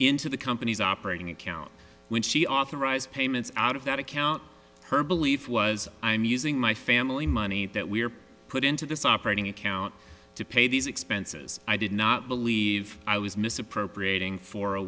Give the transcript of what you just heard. into the company's operating account when she authorized payments out of that account her belief was i'm using my family money that we're put into this operating account to pay these expenses i did not believe i was misappropriating for